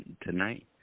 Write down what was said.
tonight